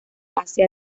hace